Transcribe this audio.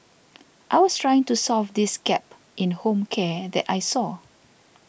I was trying to solve this gap in home care that I saw